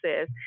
says